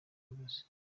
imbabazi